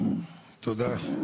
תודה.